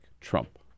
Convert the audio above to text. Trump